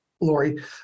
Lori